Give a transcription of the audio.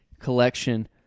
collection